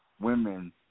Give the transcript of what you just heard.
women